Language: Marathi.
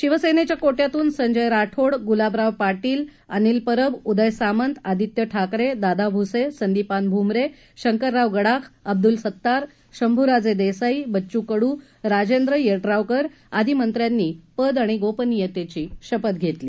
शिवसेनेच्या कोट्यातून संजय राठोड गुलाबराव पाटील अनिल परब उदय सामंत आदित्य ठाकरे दादा भुसे संदीपान भुमरे शंकरराव गडाख अब्दुल सत्तार शंभुराजे देसाई बच्चू कडू राजेंद्र येड्रावकर आदी मंत्र्यांनी पद आणि गोपनियतेची शपथ घेतली